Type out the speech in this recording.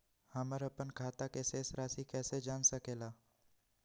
हमर अपन खाता के शेष रासि कैसे जान सके ला?